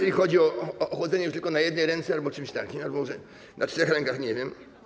A więc chodzi o chodzenie już tylko na jednej ręce albo czymś takim, albo może na trzech rękach, nie wiem.